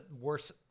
worse